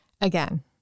again